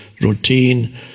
routine